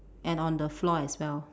and on the floor as well